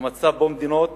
המצב שבו מדינות